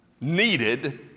needed